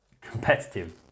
competitive